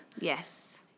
Yes